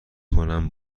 کنم